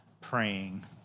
praying